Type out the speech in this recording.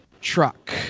truck